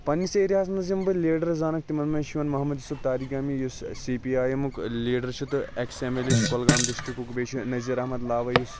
پَننِس ایریاہَس مَنٛز یِم بہٕ لیٖڈَر زانَکھ تِمَن مَنٛز چھُ یِوان محمد یوسُف تاریگامی یُس سی پی آے ایٚمُک لیٖڈَر چھُ تہٕ ایٚکس ایٚم ایٚل اے چھُ کۄلگام ڈِسٹرکُک بیٚیہِ چھُ نظیر احمد لاوے یُس